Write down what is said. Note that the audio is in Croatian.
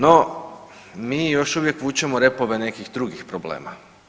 No, mi još uvijek vučemo repove nekih drugih problema.